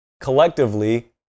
collectively